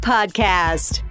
Podcast